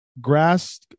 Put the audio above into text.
grass